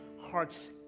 heart's